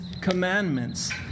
commandments